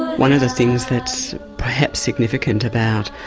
one of the things that's perhaps significant about.